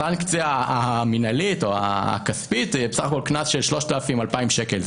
הסנקציה המינהלית או הכספית בסך הכול קנס של 3,200 שקל,